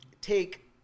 take